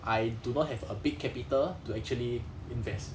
I do not have a big capital to actually invest